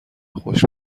خشک